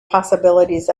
possibilities